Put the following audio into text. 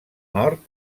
nord